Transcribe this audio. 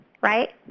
right